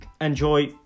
enjoy